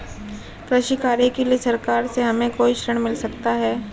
कृषि कार्य के लिए सरकार से हमें कोई ऋण मिल सकता है?